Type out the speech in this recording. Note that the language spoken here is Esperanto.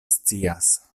scias